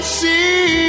see